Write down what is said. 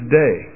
day